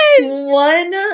One